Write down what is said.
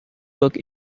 book